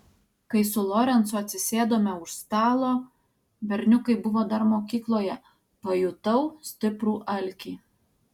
kai su lorencu atsisėdome už stalo berniukai buvo dar mokykloje pajutau stiprų alkį